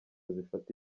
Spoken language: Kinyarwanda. zifata